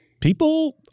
People